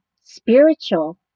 spiritual